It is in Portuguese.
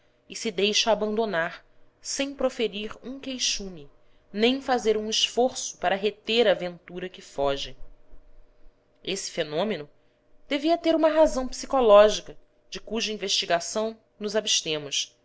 e se deixa abandonar sem proferir um queixume nem fazer um esforço para reter a ventura que foge esse fenômeno devia ter uma razão psicológica de cuja investigação nos abstemos